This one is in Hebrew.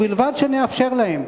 ובלבד שנאפשר להם.